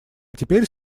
теперь